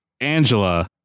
Angela